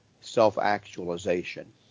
self-actualization